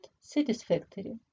satisfactory